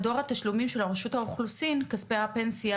מדור התשלומים של רשות האוכלוסין כספי הפנסיה